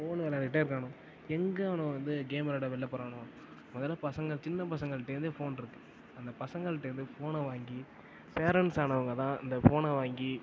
phone விளையாடிகிட்டே இருக்கானுக எங்கே அவனுக வந்து கேம் விளயாட வெளில போறானுக மொதலில் பசங்கள் சின்ன பசங்கள்கிட்டேருந்தே ஃபோன் இருக்கு அந்த பசங்கள்கிட்டே இருந்து ஃபோனை வாங்கி பேரண்ட்ஸ் ஆனவங்க தான் அந்த ஃபோனை வாங்கி